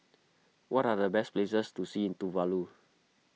what are the best places to see in Tuvalu